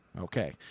Okay